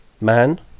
man